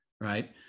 right